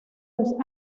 los